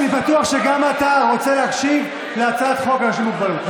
אני בטוח שגם אתה רוצה להקשיב להצעת חוק לאנשים עם מוגבלות,